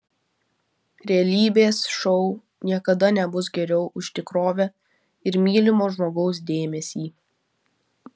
realybės šou niekada nebus geriau už tikrovę ir mylimo žmogaus dėmesį